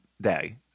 day